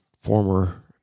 former